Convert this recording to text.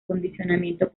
condicionamiento